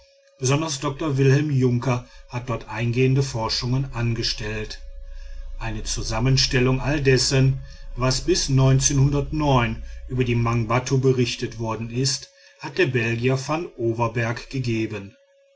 besonders dr wilhelm junker hat dort eingehende forschungen angestellt eine zusammenstellung alles dessen was bis über die mangbattu berichtet worden ist hat der belgier van overbergh gegeben